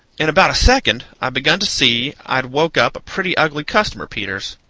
in about a second i begun to see i'd woke up a pretty ugly customer, peters.